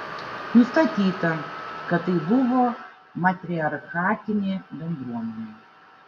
nustatyta kad tai buvo matriarchatinė bendruomenė